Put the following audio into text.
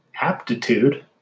aptitude